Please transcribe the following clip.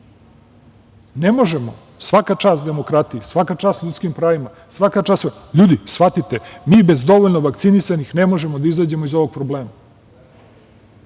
sl.Ne možemo, svaka čast demokratiji, svaka čast sudskim pravima, svaka čast, ljudi, shvatite, mi bez dovoljno vakcinisanih ne možemo da izađemo iz ovog problema. Rade